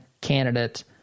candidate